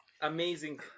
amazing